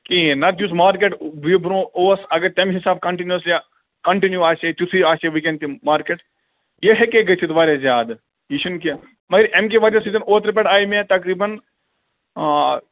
کِہیٖنۍ نَتہٕ یُس مارکیٹ بہِ برونٛہہ اوس اگر تَمہِ حِساب کَنٹِنیوٗوَسلی یا کَنٹِنیوٗ آسہِ ہے تیُتھُے آسہِ ہے ؤنکٮ۪ن تہِ مارکیٹ یہِ ہیٚکہ ہے گٔژھِتھ واریاہ زیادٕ یہِ چھُنہٕ کیٚنٛہہ مگر امہِ کہِ وجہ سۭتۍ اوترٕ پٮ۪ٹھ آیہِ مےٚ تقریٖبَن آ